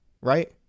Right